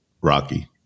Rocky